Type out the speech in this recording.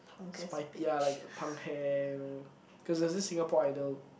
spike ya like punk hair you know cause there's this Singapore Idol